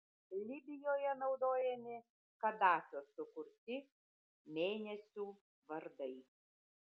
libijoje naudojami kadafio sukurti mėnesių vardai